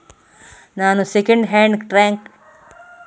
ನಾನು second hand tractor ಅನ್ನು e commerce ನಲ್ಲಿ ಖರೀದಿ ಮಾಡಬಹುದಾ?